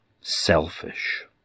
Selfish